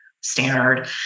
standard